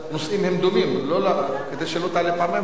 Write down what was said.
כדי שלא תעלה פעמיים ותגיד אותם דברים.